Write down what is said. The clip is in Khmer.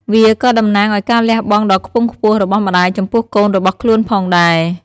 វាក៏តំណាងឱ្យការលះបង់ដ៏ខ្ពង់ខ្ពស់របស់ម្តាយចំពោះកូនរបស់ខ្លួនផងដែរ។